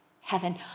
heaven